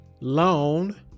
loan